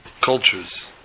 cultures